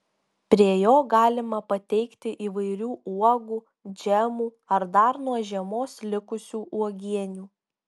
prie jo galima pateikti įvairių uogų džemų ar dar nuo žiemos likusių uogienių